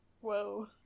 Whoa